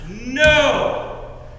No